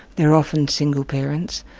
they're often single parents,